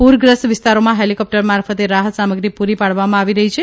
પૂરગ્રસ્ત વિસ્તારોમાં હેલિકોપ્ટર મારફતે રાહત સામગ્રી પૂરી પાડવામાં આવી રહી છે